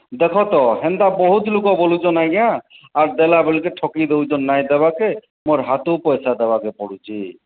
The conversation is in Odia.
ଦେଖ ତ ହେନ୍ତା ବହୁତ ଲୁକ ବୋଲୁଛନ୍ ଆଜ୍ଞା ଆର ଦେଲା ବେଲ୍କେ ଠକି ଦେଉଛନ୍ ନାଇଁ ଦେବାକେ ମୋର ହାତରୁ ପଇସା ଦେବାକେ ପଡ଼ୁଛି